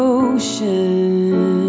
ocean